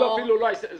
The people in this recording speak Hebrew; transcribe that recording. אף אחד לא ייקח את זה.